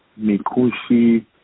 Mikushi